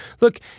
Look